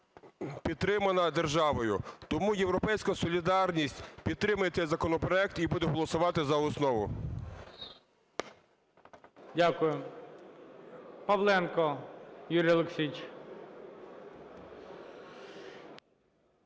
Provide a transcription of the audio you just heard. підтримана державою. Тому "Європейська солідарність" підтримає цей законопроект і буде голосувати за основу. ГОЛОВУЮЧИЙ. Дякую. Павленко Юрій Олексійович.